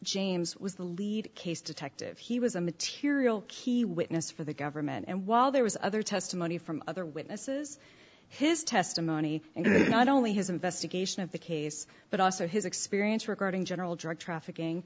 james was the lead case detective he was a material key witness for the government and while there was other testimony from other witnesses his testimony and not only his investigation of the case but also his experience regarding general drug trafficking